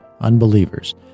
unbelievers